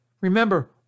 Remember